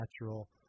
natural